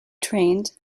trained